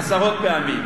אילן, אותו עשרות פעמים.